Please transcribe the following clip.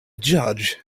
judge